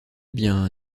bien